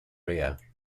rear